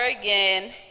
again